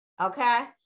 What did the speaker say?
okay